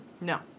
No